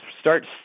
start